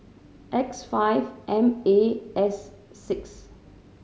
X five M A S six